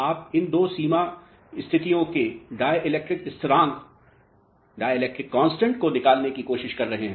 आप इन दो सीमा स्थितियों के डिएलेक्ट्रिक स्थिरांक को निकलने की कोशिश कर रहे हैं